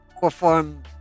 Perform